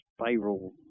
spiral